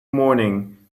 morning